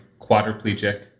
quadriplegic